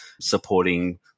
supporting